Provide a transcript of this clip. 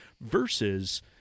versus